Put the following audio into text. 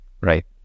Right